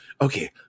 okay